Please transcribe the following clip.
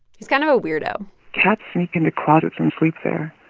he's kind of a weirdo cats sneak into closets and sleep there.